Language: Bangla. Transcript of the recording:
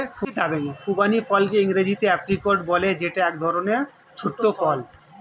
খুবানি ফলকে ইংরেজিতে এপ্রিকট বলে যেটা এক রকমের ছোট্ট ফল